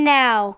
now